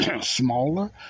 smaller